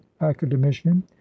academician